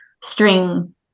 string